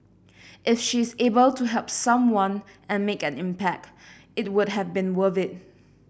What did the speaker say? if she is able to help someone and make an impact it would have been worth it